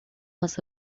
was